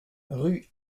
rue